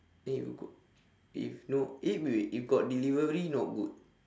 then you go if no eh wait wait if got delivery not good